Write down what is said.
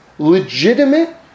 legitimate